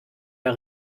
der